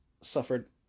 suffered